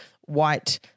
white